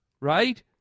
Right